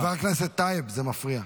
חבר הכנסת טייב, זה מפריע.